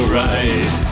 right